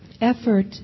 effort